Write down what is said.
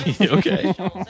Okay